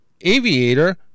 Aviator